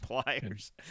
pliers